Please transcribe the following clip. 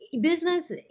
business